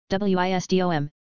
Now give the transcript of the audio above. WISDOM